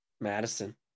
madison